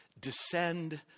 Descend